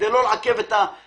כדי לא לעכב את התהליך.